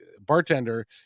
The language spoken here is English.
bartender